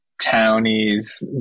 townies